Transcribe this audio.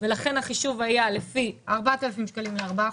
ולכן החישוב היה לפי 4,000 שקלים לארבעה